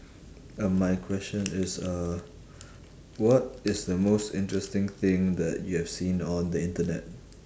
um my question is uh what is the most interesting thing that you have seen on the internet